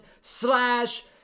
slash